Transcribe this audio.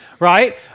Right